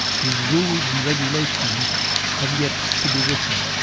whose rules and regulations have yet to be written'.